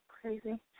Crazy